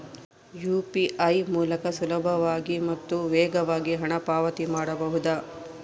UPI ಮೂಲಕ ಸುಲಭವಾಗಿ ಮತ್ತು ವೇಗವಾಗಿ ಹಣ ಪಾವತಿ ಮಾಡಬಹುದಾ?